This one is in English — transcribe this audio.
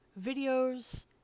videos